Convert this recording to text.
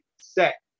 set